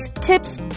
tips